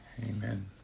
Amen